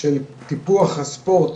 של טיפוח הספורט